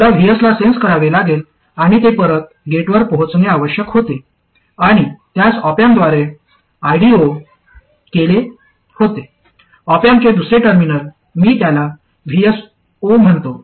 मला Vs ला sense करावे लागले आणि ते परत गेटवर पोहोचणे आवश्यक होते आणि त्यास ऑप अँप द्वारे IDo केले होते ऑप अँप चे दुसरे टर्मिनल मी त्याला Vs0 म्हणतो